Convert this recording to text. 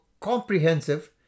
comprehensive